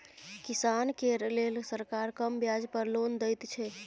किसान केर लेल सरकार कम ब्याज पर लोन दैत छै